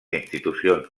institucions